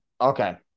Okay